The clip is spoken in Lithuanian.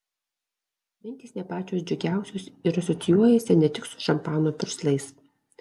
mintys ne pačios džiugiausios ir asocijuojasi ne tik su šampano purslais